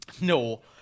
no